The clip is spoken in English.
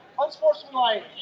Unsportsmanlike